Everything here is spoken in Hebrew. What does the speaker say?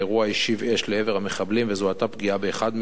השיב אש לעבר המחבלים וזוהתה פגיעה באחד מהם.